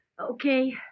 Okay